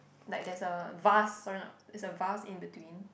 like there's a vase sorry not is a vase in between